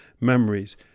memories